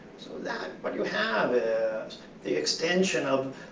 so that, what you have is the extension of,